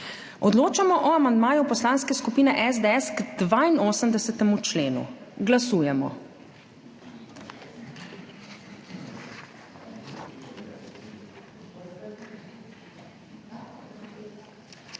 Odločamo še o amandmaju Poslanske skupine SDS k 14. členu. Glasujemo.